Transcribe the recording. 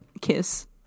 kiss